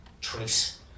trace